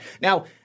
Now